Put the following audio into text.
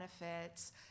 benefits